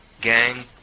Gang